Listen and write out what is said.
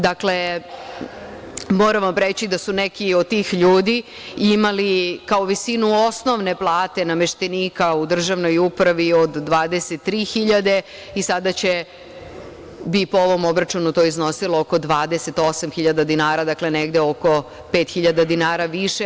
Dakle, moram vam reći da su neki od tih ljudi imali kao visinu osnovne plate nameštenika u državnoj upravi od 23.000 i sada bi po ovom obračunu to iznosilo oko 28.000 dinara, dakle negde oko 5.000 dinara više.